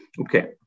Okay